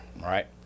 right